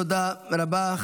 תודה רבה.